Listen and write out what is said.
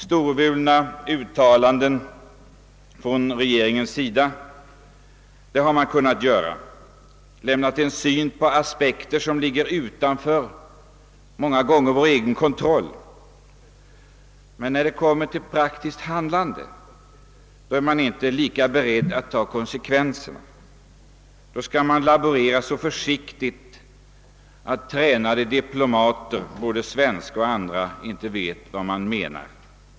Storvulna uttalanden har regeringen <unnat göra, och den har många gånger givit sin syn på företeelser som ligger utanför vår egen kontroll, men när det kommer till praktiskt handlande är man inte lika beredd att ta konsekvenserna. Då laborerar regeringen så försiktigt att tränade diplomater, både svenska och andra, inte vet vad den menar.